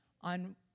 On